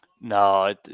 No